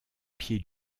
pied